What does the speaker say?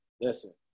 listen